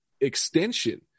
extension